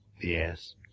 Yes